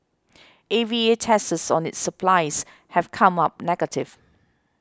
A V A tests on its supplies have come up negative